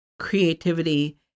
creativity